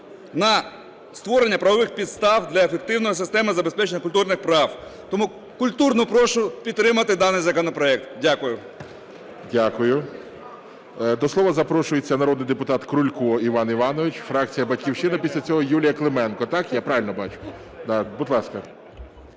на створення правових підстав для ефективної системи забезпечення культурних прав. Тому культурно прошу підтримати даний законопроект. Дякую. ГОЛОВУЮЧИЙ. Дякую. До слова запрошується народний депутат Крулько Іван Іванович, фракція "Батьківщина". Після цього – Юлія Клименко. Так, я правильно бачу? Будь ласка.